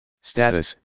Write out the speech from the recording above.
status